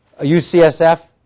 UCSF